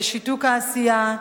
לשיתוק העשייה,